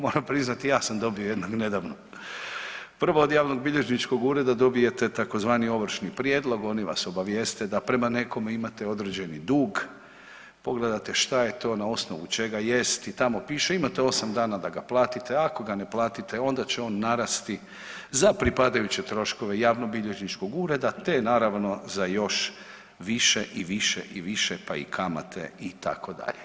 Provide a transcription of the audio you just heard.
Moram priznati ja sam dobio jednog nedavno, prvo od javnobilježničkog ureda dobijete tzv. ovršni prijedlog, oni vas obavijeste da prema nekome imate određeni dug, pogledate šta je to na osnovu čega jest i tamo piše imate osam dana da ga platite, ako ga ne platite onda će on narasti za pripadajuće troškove javnobilježničkog ureda te naravno za još više i više i više pa i kamate itd.